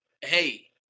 hey